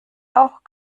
auch